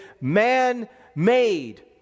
man-made